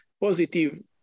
positive